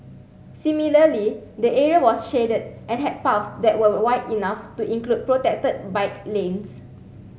similarly the area was shaded and had paths that were wide enough to include protected bike lanes